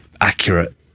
accurate